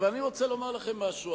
אבל אני רוצה לומר לכם משהו.